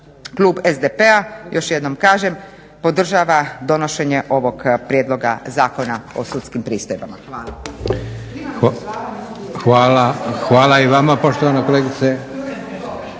Klub SDP-a, još jednom kažem, podržava donošenje ovog prijedloga Zakona o sudskim pristojbama.